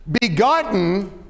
Begotten